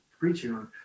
preaching